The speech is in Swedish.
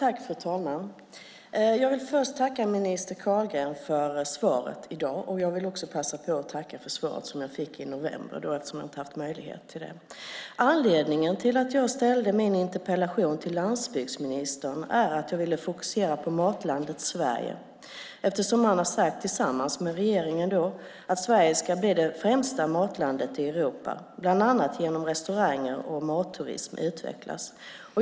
Fru talman! Jag vill först tacka minister Carlgren för svaret i dag. Jag vill också passa på att tacka för det svar som jag fick i november, eftersom jag inte haft möjlighet till det tidigare. Anledningen till att jag ställde min interpellation till landsbygdsministern var att jag ville fokusera på Matlandet Sverige eftersom han och regeringen har sagt att Sverige ska bli det främsta matlandet i Europa, bland annat genom att restauranger och matturism utvecklas.